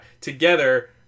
Together